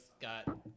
got